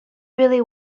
really